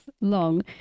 long